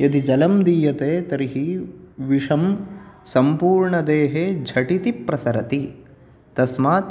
यदि जलं दीयते तर्हि विषं सम्पूर्णदेहे झटिति प्रसरति तस्मात्